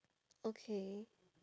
okay